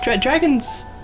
dragons